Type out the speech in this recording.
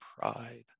pride